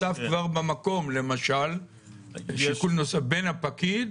למשל שיקול נוסף בין הפקיד